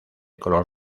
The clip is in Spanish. color